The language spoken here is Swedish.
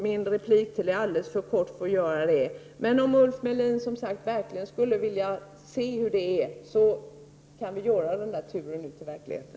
Min repliktid är alldeles för kort för att beröra allt, men om Ulf Melin som sagt verkligen vill se hur det förhåller sig kan vi göra den där turen ut i verkligheten.